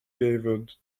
gathered